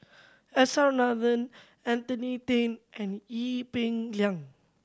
S R Nathan Anthony Then and Ee Peng Liang